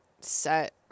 set